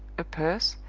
a purse,